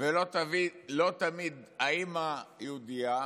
ולא תמיד האימא יהודייה,